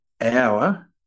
hour